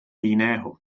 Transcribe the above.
jiného